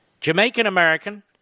Jamaican-American